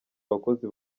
abakozi